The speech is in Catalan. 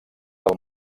del